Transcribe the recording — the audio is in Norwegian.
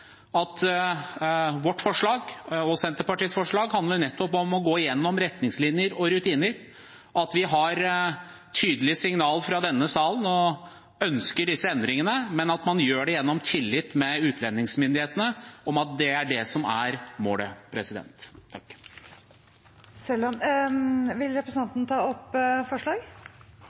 og riktig måte. Vårt og Senterpartiets forslag handler nettopp om å gå igjennom retningslinjer og rutiner, om at vi har tydelige signaler fra denne salen og ønsker disse endringene, men at man gjør det med tillit til utlendingsmyndighetene – at det er det som er målet. Vil representanten ta opp forslag?